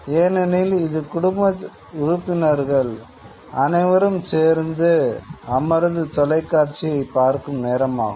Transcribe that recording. ஏனெனில் இது குடும்பத்தினர் அனைவரும் சேர்ந்து அமர்ந்து தொலைக்காட்சியைப் பார்க்கும் நேரமாகும்